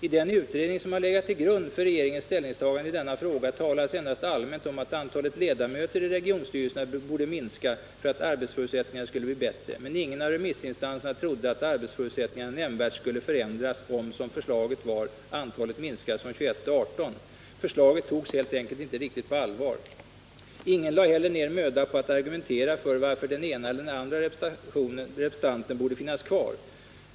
I den utredning som har legat till grund för regeringens ställningstagande i denna fråga talades endast allmänt om att antalet ledamöter i regionstyrelserna borde minska för att arbetsförutsättningarna skulle bli bättre, men ingen av remissinstanserna trodde att arbetsförutsättningarna nämnvärt skulle förändras om — som förslaget var — antalet minskades från 21 till 18. Förslaget togs helt enkelt inte riktigt på allvar. Ingen lade heller ned möda på att argumentera för varför den ena eller den andra representanten borde finnas kvar.